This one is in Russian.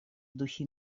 духе